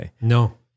No